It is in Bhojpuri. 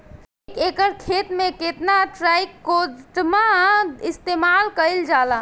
एक एकड़ खेत में कितना ट्राइकोडर्मा इस्तेमाल कईल जाला?